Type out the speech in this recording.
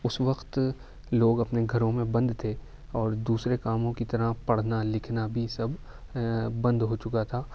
اس وقت لوگ اپنے گھروں میں بند تھے اور دوسرے کاموں کی طرح پڑھنا لکھنا بھی سب بند ہو چکا تھا